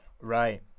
Right